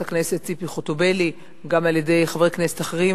הכנסת ציפי חוטובלי וגם על-ידי חברי כנסת אחרים.